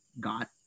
got